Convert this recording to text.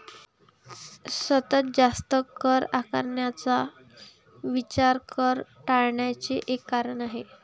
सतत जास्त कर आकारण्याचा विचार कर टाळण्याचे एक कारण आहे